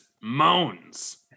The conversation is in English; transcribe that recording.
Moans